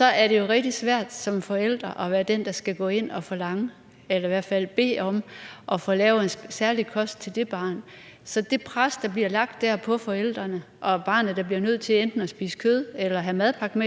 er det jo rigtig svært som forældre at være dem, der skal gå ind og forlange eller i hvert fald bede om at få lavet en særlig kost til det barn. Så det pres, der bliver lagt der på forældrene og barnet, der bliver nødt til enten at spise kød eller have madpakke